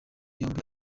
yombi